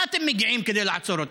מה אתם מגיעים כדי לעצור אותם?